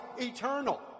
eternal